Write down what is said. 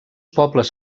pobles